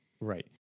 Right